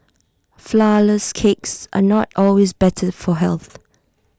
Flourless Cakes are not always better for health